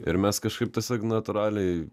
ir mes kažkaip tiesiog natūraliai